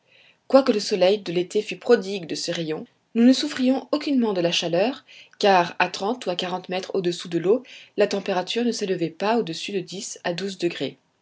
quoique le soleil de l'été fût prodigue de ses rayons nous ne souffrions aucunement de la chaleur car à trente ou quarante mètres au-dessous de l'eau la température ne s'élevait pas au-dessus de dix à douze degrés